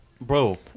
bro